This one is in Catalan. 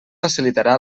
facilitarà